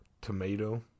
tomato